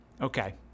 Okay